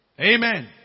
Amen